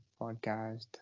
podcast